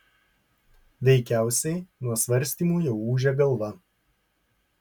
veikiausiai nuo svarstymų jau ūžia galva